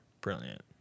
Brilliant